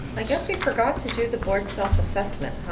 i guess we forgot to do the board's self-assessment